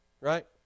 right